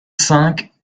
cinq